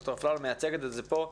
ודוקטור אפללו מייצגת את זה כאן